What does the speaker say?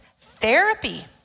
Therapy